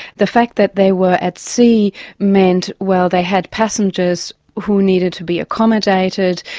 the fact that they were at sea meant while they had passengers who needed to be accommodated,